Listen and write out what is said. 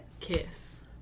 kiss